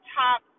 top